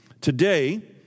Today